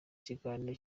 ikiganiro